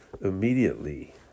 immediately